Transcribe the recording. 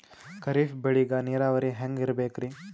ಖರೀಫ್ ಬೇಳಿಗ ನೀರಾವರಿ ಹ್ಯಾಂಗ್ ಇರ್ಬೇಕರಿ?